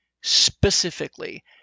specifically